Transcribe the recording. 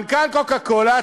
מנכ"ל "קוקה-קולה",